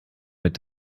mit